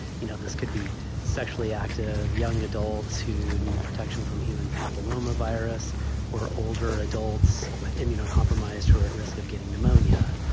you know, this could be sexually active young adults who need protection from human papillomavirus or older adults with immunocompromised who are at risk of getting pneumonia.